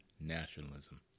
nationalism